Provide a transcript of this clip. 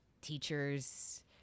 teachers –